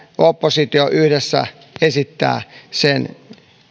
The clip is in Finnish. oppositio yhdessä esittää sen